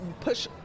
push